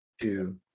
Two